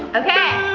okay.